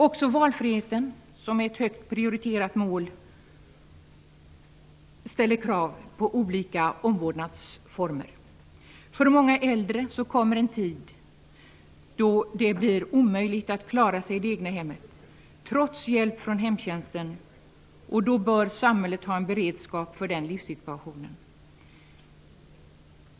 Också valfriheten, som är ett högt prioriterat mål, ställer krav på olika omvårdnadsformer. För många äldre kommer en tid då det blir omöjligt att klara sig i det egna hemmet, trots hjälp från hemtjänsten. Samhället bör då ha en beredskap för den livssituationen.